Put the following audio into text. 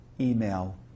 email